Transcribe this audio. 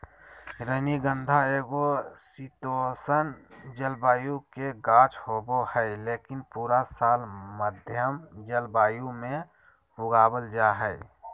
रजनीगंधा एगो शीतोष्ण जलवायु के गाछ होबा हय, लेकिन पूरा साल मध्यम जलवायु मे उगावल जा हय